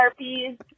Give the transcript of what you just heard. Sharpies